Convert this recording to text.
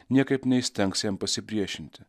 niekaip neįstengs jam pasipriešinti